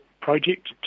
project